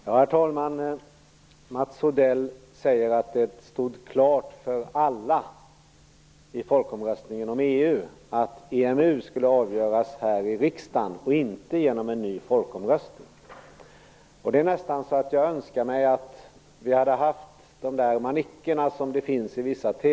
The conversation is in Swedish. Herr talman! Mats Odell säger att det stod klart för alla i folkomröstningen om EU att EMU skulle avgöras i här riksdagen, inte genom en ny folkomröstning. Det är nästan så att jag skulle önska att vi hade haft de manicker som finns i vissa TV-program.